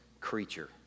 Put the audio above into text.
creature